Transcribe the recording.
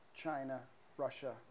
China-Russia